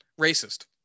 Racist